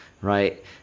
Right